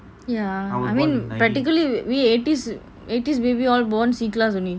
ya I mean practically we eighties eighties baby all born C class only